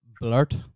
Blurt